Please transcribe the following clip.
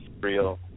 real